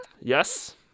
Yes